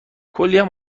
کلیم